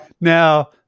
Now